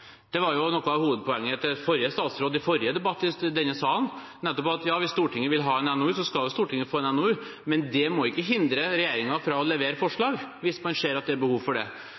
Det var noe av hovedpoenget til den forrige statsråden i den forrige debatten i denne salen – at hvis Stortinget vil ha en NOU, skal Stortinget få en NOU, men det må ikke hindre regjeringen fra å levere forslag hvis man ser at det er behov for det.